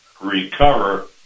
recover